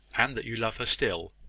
and that you love her still.